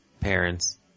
parents